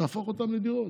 תהפוך אותם לדירות.